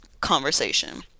conversation